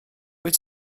wyt